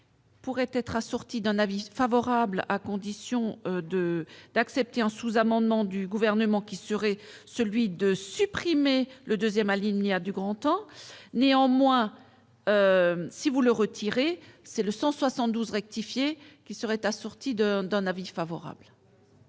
Pourrait être assorti d'un avis favorable, à condition de d'accepter un sous-amendement du gouvernement qui serait celui de supprimer le 2ème alinéa du grand temps néanmoins si vous le retirez c'est le 172 rectifier qui serait assortie d'un d'un avis favorable.